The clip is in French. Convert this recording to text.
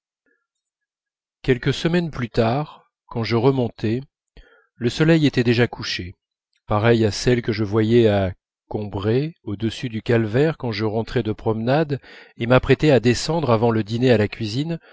quelques semaines plus tard quand je remontais le soleil était déjà couché pareille à celle que je voyais à combray au-dessus du calvaire à mes retours de promenade et quand je m'apprêtais à descendre avant le dîner à la cuisine